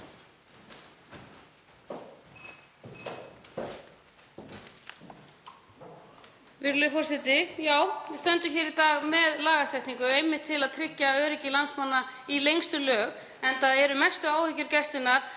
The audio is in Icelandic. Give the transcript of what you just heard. Virðulegi forseti. Já, við stöndum hér í dag með lagasetningu einmitt til að tryggja öryggi landsmanna í lengstu lög enda eru mestu áhyggjur Gæslunnar